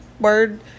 word